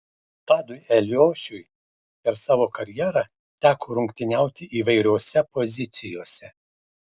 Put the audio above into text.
tadui eliošiui per savo karjerą teko rungtyniauti įvairiose pozicijose